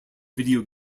video